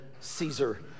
Caesar